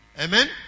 Amen